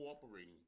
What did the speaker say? cooperating